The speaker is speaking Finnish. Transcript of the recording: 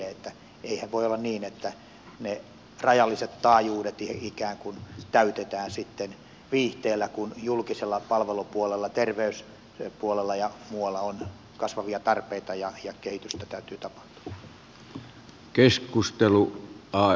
eihän voi olla niin että rajalliset taajuudet ikään kuin täytetään sitten viihteellä kun julkisella palvelupuolella terveyspuolella ja muualla on kasvavia tarpeita ja kehitystä täytyy tapahtua